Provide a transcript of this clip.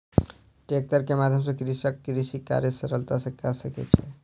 tractor के माध्यम सॅ कृषक कृषि कार्य सरलता सॅ कय सकै छै